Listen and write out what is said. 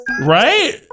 Right